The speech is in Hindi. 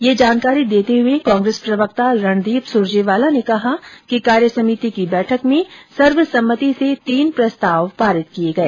यह जानकारी देते हुए कांग्रेस प्रवक्ता रणदीप सुरजेवाला ने कहा कि कार्यसमिति की बैठक में सर्वसम्मति से तीन प्रस्ताव पारित किए गए